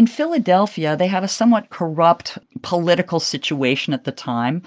in philadelphia, they had a somewhat corrupt political situation at the time.